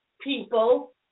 people